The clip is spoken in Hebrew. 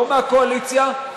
לא מהקואליציה,